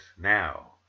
Now